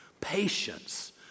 patience